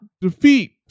Defeat